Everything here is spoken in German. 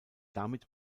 damit